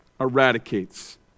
eradicates